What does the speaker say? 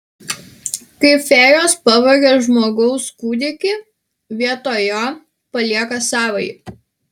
kai fėjos pavagia žmogaus kūdikį vietoj jo palieka savąjį